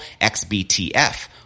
XBTF